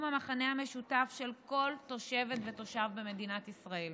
המכנה המשותף של כל תושבת ותושב בישראל.